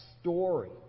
story